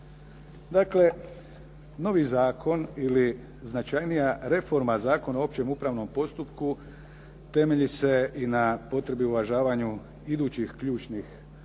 Dakle, novi zakon ili značajnija reforma Zakona o općem upravnom postupku temelji se i na potrebi uvažavanja idućih ključnih